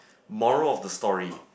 moral of the story